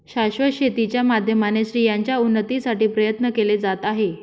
शाश्वत शेती च्या माध्यमाने स्त्रियांच्या उन्नतीसाठी प्रयत्न केले जात आहे